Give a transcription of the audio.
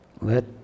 Let